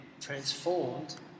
transformed